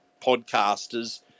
podcasters